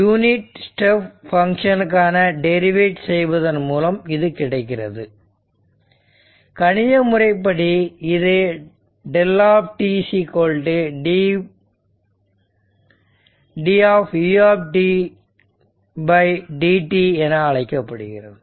unit step பங்க்ஷனை derivate செய்வதன் மூலம் இது கிடைக்கிறது கணித முறைப்படி இது δ ddt u என அழைக்கப்படுகிறது